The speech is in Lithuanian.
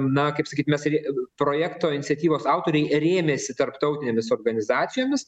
na kaip sakyt mes ir projekto iniciatyvos autoriai rėmėsi tarptautinėmis organizacijomis